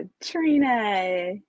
Trina